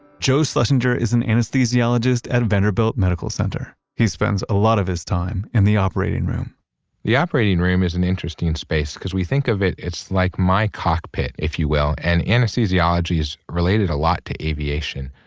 joe schlesinger is an anesthesiologist at vanderbilt medical center. he spends a lot of his time in the operating room the operating room is an interesting and space because we think of it, it's like my cockpit, if you will, and anesthesiology is related a lot to aviation.